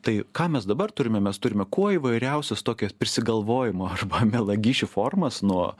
tai ką mes dabar turime mes turime kuo įvairiausias tokias prisigalvojimo arba melagysčių formas nuo